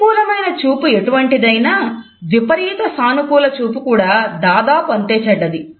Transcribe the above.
ప్రతికూలమైన చూపు ఎటువంటిదైనా విపరీత సానుకూల చూపు కూడా దాదాపుగా అంతే చెడ్డది